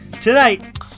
Tonight